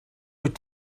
wyt